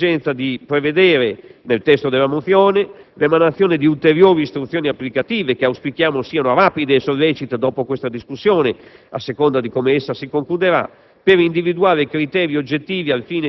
Infine, si sottolinea anche l'esigenza di prevedere nel testo della mozione l'emanazione di ulteriori istruzioni applicative, che auspichiamo siano rapide e sollecite dopo questa discussione, a seconda di come essa si concluderà,